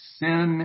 sin